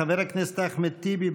חבר הכנסת אחמד טיבי,